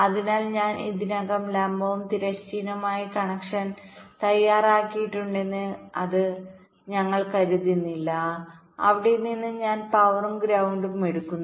അതിനാൽ ഞാൻ ഇതിനകം ലംബവും തിരശ്ചീനവുമായ കണക്ഷൻ തയ്യാറാക്കിയിട്ടുണ്ടെന്ന് ഞങ്ങൾ കരുതുന്നില്ല അവിടെ നിന്ന് ഞാൻ പവറും ഗ്രൌണ്ടും എടുക്കുന്നു